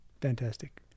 Fantastic